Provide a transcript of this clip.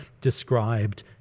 described